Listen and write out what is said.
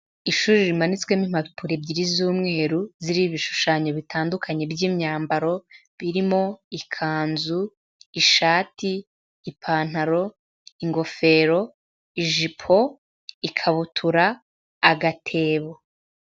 Ishuri rimanitswemo impapuro ebyiri z'umweru ziriho ibishushanyo bitandukanye by'imyambaro birimo ikanzu, ishati, ipantaro, ingofero, ijipo, ikabutura, agatebo.